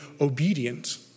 obedient